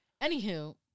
Anywho